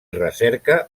recerca